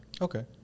Okay